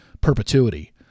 perpetuity